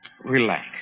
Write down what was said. relax